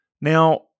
Now